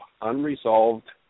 unresolved